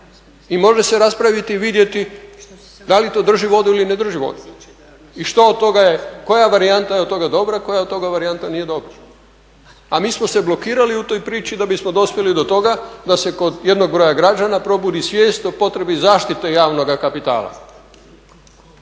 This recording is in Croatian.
i može se raspraviti i vidjeti da li to drži vodu ili ne drži vodu. I što od toga je, koja varijanta je od toga dobra, koja od toga varijanta nije dobra? A mi smo se blokirali u toj priči da bismo dospjeli do toga da se kod jednog broja građana probudi svijest o potrebi zaštite javnoga kapitala.